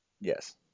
yes